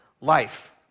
life